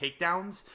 takedowns